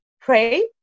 pray